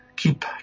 Keep